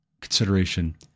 consideration